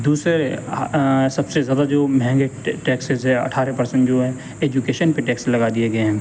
دوسرے سب سے زیادہ جو مہنگے ٹیکسز ہے اٹھارہ پرسینٹ جو ہے ایجوکیشن پہ ٹیکس لگا دیے گیے ہیں